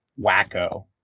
wacko